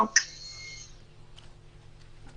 יש פה כמה דברים.